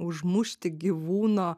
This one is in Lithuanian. užmušti gyvūno